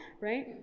right